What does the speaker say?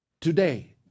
today